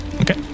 Okay